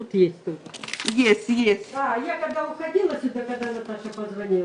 הדבר היחיד שנשאר פה שמשקף את הערכים המשותפים שלנו,